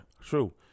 true